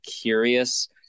curious